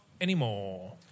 anymore